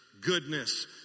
goodness